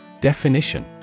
Definition